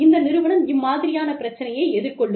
இந்த நிறுவனம் இம்மாதிரியான பிரச்சனையை எதிர்கொள்ளும்